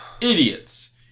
Idiots